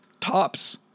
tops